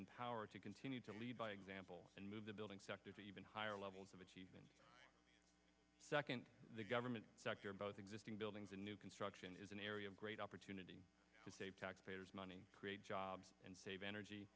and power to continue to lead by example and move the building sector to even higher levels of a second the government sector both existing buildings in new construction is an area of great opportunity to save taxpayers money create jobs and save energy